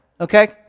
okay